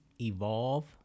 evolve